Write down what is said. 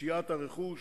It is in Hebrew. פשיעת הרכוש,